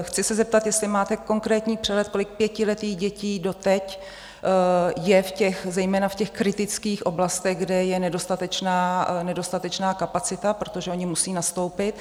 Chci se zeptat, jestli máte konkrétní přehled, kolik pětiletých dětí doteď je zejména v těch kritických oblastech, kde je nedostatečná kapacita, protože ony musí nastoupit.